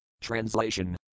Translation